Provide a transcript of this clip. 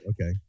okay